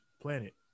planet